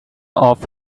off